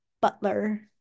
butler